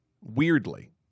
Weirdly